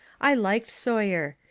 i liked sawyer.